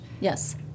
Yes